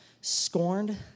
scorned